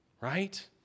Right